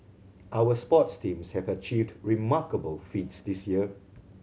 our sports teams have achieved remarkable feats this year